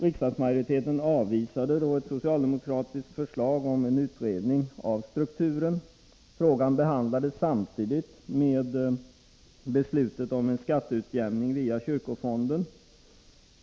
Riksdagsmajoriteten avvisade då ett socialdemokratiskt förslag om en utredning av strukturen. Frågan behandlades samtidigt med förslaget om en skatteutjämning via kyrkofonden.